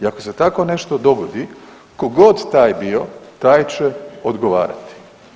I ako se tako nešto dogodi tko god taj bio taj će odgovarati.